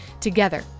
Together